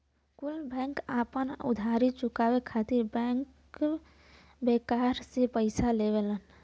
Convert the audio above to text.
कुल बैंकन आपन उधारी चुकाये खातिर बैंकर बैंक से पइसा लेवलन